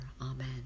Amen